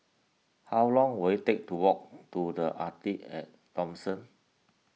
how long will it take to walk to the Arte at Thomson